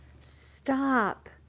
Stop